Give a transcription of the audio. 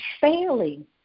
failing